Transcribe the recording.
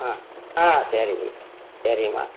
ஆ ஆ சரி சரிம்மா